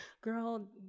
girl